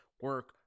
Work